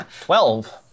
Twelve